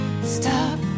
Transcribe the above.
stop